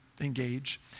engage